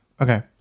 Okay